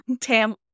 Tam